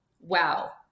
wow